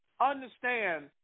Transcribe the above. Understand